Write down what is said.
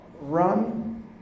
run